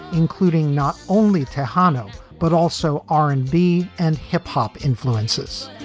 including not only tadano but also r and b and hip hop influences.